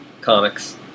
comics